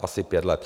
Asi pět let.